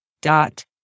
dot